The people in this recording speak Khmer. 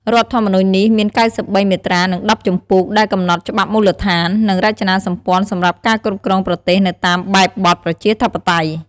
រដ្ឋធម្មនុញ្ញនេះ មាន ៩៣ មាត្រា និង ១០ ជំពូក ដែលកំណត់ច្បាប់មូលដ្ឋាន និងរចនាសម្ព័ន្ធសម្រាប់ការគ្រប់គ្រងប្រទេសនៅតាមបែបបទប្រជាធិបតេយ្យ។